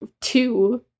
two